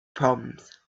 proms